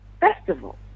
festival